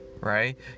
right